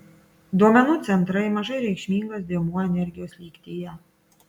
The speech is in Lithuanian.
duomenų centrai mažai reikšmingas dėmuo energijos lygtyje